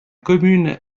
commune